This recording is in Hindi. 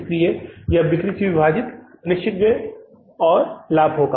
इसलिए यह बिक्री से विभाजित निश्चित व्यय और लाभ होगा